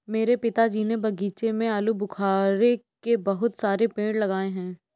मेरे पिताजी ने बगीचे में आलूबुखारे के बहुत सारे पेड़ लगाए हैं